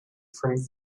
from